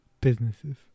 businesses